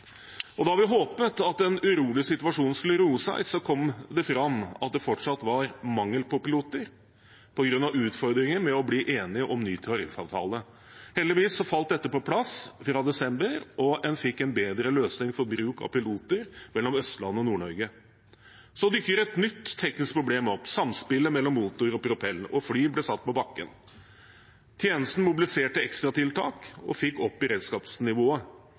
Da vi håpet at den urolige situasjonen skulle roe seg, kom det fram at det fortsatt var mangel på piloter, på grunn av utfordringer med å bli enige om ny tariffavtale. Heldigvis falt dette på plass fra desember, og en fikk en bedre løsning for bruk av piloter mellom Østlandet og Nord-Norge. Så dukket et nytt teknisk problem opp, samspillet mellom motor og propell, og fly ble satt på bakken. Tjenesten mobiliserte ekstratiltak og fikk opp beredskapsnivået,